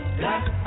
black